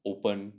open